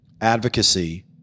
advocacy